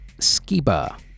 Skiba